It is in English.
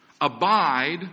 abide